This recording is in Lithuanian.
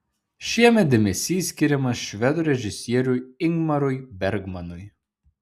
šiemet dėmesys skiriamas švedų režisieriui ingmarui bergmanui